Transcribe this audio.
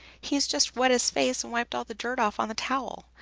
he's just wet his face and wiped all the dirt off on the towel.